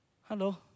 Hello